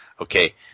Okay